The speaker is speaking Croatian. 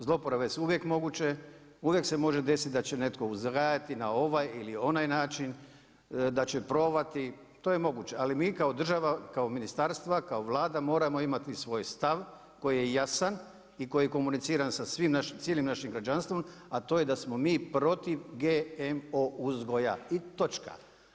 Zloporabe su uvijek moguće, uvijek se može desiti da će uzgajati na ovaj ili onaj način, da će probati, to je moguće, ali mi kao država, kao ministarstva, kao Vlada moramo imati svoj stav, koji je jasan i koji je komuniciran sa cijelim našim građanstvo, a to je da smo mi protiv GMO uzgoja i točka.